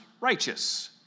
Righteous